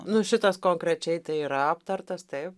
nu šitas konkrečiai tai yra aptartas taip